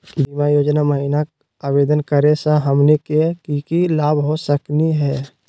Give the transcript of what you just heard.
बीमा योजना महिना आवेदन करै स हमनी के की की लाभ हो सकनी हे?